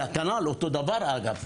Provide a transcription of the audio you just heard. זה כנ"ל אותו דבר, אגב.